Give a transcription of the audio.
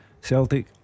Celtic